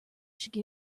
should